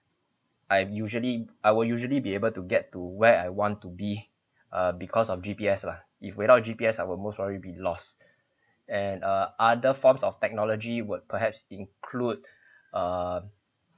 I'm usually I will usually be able to get to where I want to be uh because of G_P_S lah if without G_P_S I would most probably be lost and uh other forms of technology would perhaps include uh